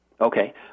Okay